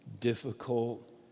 difficult